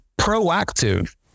proactive